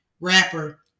rapper